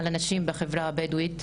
על הנשים בחברה הבדואית.